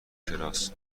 کراس